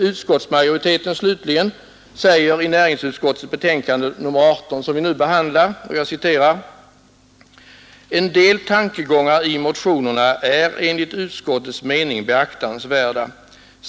Utskottsmajoriteten uttalar slutligen i näringsutskottets betänkande nr 18 som vi nu behandlar: ”En del tankegångar i motionerna är enligt utskottets mening beaktansvärda.